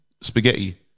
spaghetti